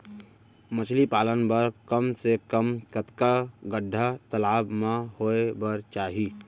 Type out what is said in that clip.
मछली पालन बर कम से कम कतका गड्डा तालाब म होये बर चाही?